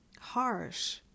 harsh